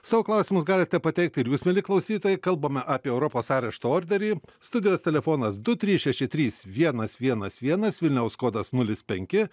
savo klausimus galite pateikti ir jūs mieli klausytojai kalbame apie europos arešto orderį studijos telefonas du trys šeši trys vienas vienas vienas vilniaus kodas nulis penki